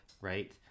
Right